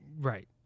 right